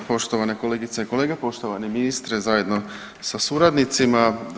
Poštovane kolegice i kolege, poštovani ministre zajedno sa suradnicima.